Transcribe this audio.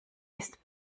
ist